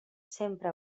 sempre